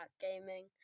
Gaming